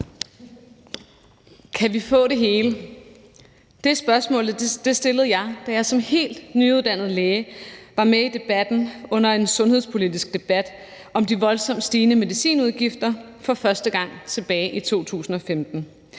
Kan vi få det hele? Det spørgsmål stillede jeg, da jeg som helt nyuddannet læge tilbage i 2015 for første gang var med i Debatten under en sundhedspolitisk debat om de voldsomt stigende medicinudgifter, hvor det netop var